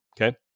Okay